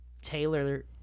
Taylor